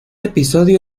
episodio